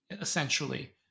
essentially